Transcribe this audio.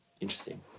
interesting